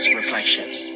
reflections